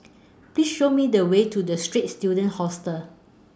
Please Show Me The Way to The Straits Students Hostel